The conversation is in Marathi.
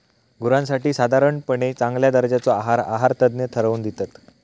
गुरांसाठी साधारणपणे चांगल्या दर्जाचो आहार आहारतज्ञ ठरवन दितत